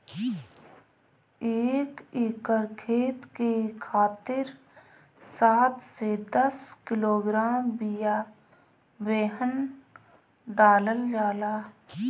एक एकर खेत के खातिर सात से दस किलोग्राम बिया बेहन डालल जाला?